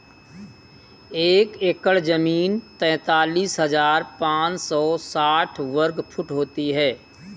एक एकड़ जमीन तैंतालीस हजार पांच सौ साठ वर्ग फुट होती है